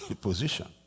position